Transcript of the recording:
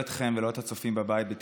הממשלה (תיקון, ממשלת חילופים), פ/280/23.